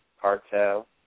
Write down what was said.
Cartel